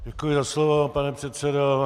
Děkuji za slovo, pane předsedo.